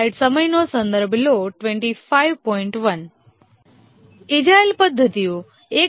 agile પદ્ધતિઓ એક umbrella શબ્દ છે